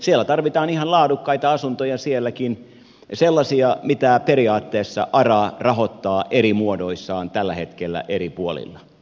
siellä tarvitaan ihan laadukkaita asuntoja sielläkin sellaisia mitä periaatteessa ara rahoittaa eri muodoissaan tällä hetkellä eri puolilla